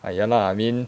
ah ya lah I mean